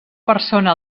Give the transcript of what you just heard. persona